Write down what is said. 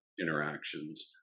interactions